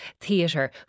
Theatre